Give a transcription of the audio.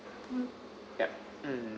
yup mm